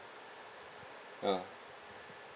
ah